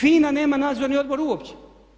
FINA nema nadzorni odbor uopće.